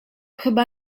chyba